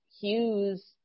Hughes